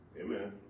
Amen